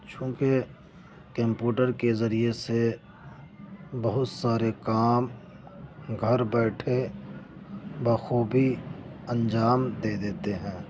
چونکہ کمپوٹر کے ذریعے سے بہت سارے کام گھر بیٹھے بخوبی انجام دے دیتے ہیں